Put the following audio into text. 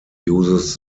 uses